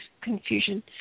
confusion